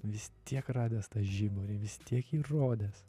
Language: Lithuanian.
vis tiek radęs tą žiburį vis tiek įrodęs